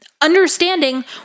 understanding